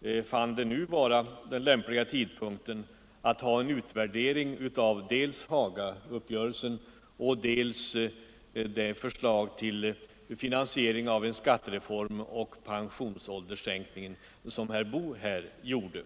finner det vara lämpligt att göra en utvärdering av dels Hagauppgörelsen, dels förslaget till finansiering av en skattereform och av pensionsålderssänkningen, som herr Boo här gjorde.